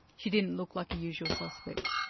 she didn't look like a usual suspect?